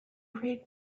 read